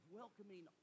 welcoming